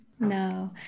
no